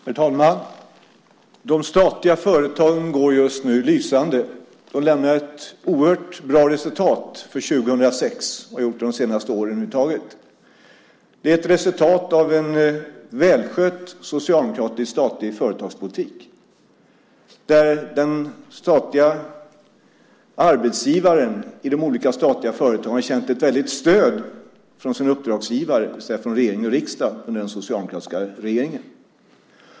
Herr talman! De statliga företagen går just nu lysande. De lämnar ett oerhört bra resultat för 2006, och de har gjort det under de senaste åren. Det är ett resultat av en välskött socialdemokratisk statlig företagspolitik, där den statliga arbetsgivaren i de olika statliga företagen har känt ett stort stöd från sina uppdragsgivare, det vill säga från regering och riksdag under den socialdemokratiska regeringen.